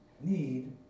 need